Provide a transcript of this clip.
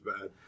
bad